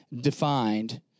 defined